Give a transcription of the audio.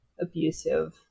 abusive